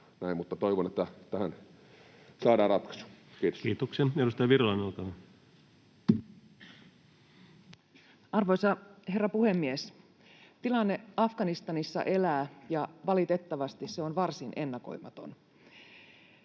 toivon, että tähän saadaan ratkaisu. — Kiitos. Kiitoksia. — Edustaja Virolainen, olkaa hyvä. Arvoisa herra puhemies! Tilanne Afganistanissa elää, ja valitettavasti se on varsin ennakoimaton.